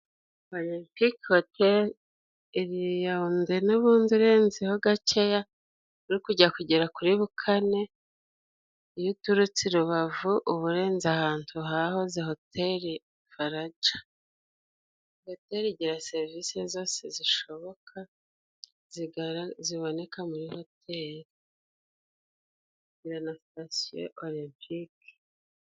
Olempike hoteli iri i Yawunde n'ubundi urenze ho gakeya uri kujya kugera kuri Bu kane iyo uturutse i Rubavu uba urenze ahantu hahoze hoteli Faraja hoteri igira serivise zose zishoboka zigara ziboneka muri hoteli igira na sitasiyo Olempike.